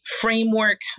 framework